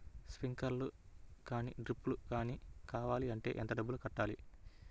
Sprinkler కానీ డ్రిప్లు కాని కావాలి అంటే ఎంత డబ్బులు కట్టాలి?